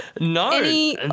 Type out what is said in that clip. no